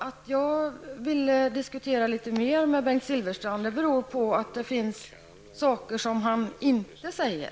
Att jag vill diskutera litet mer med Bengt Silfverstrand beror på att det finns saker som han inte säger.